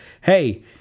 hey